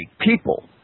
people